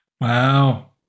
Wow